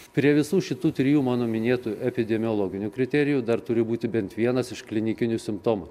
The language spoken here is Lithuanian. prie visų šitų trijų mano minėtų epidemiologinių kriterijų dar turi būti bent vienas iš klinikinių simptomų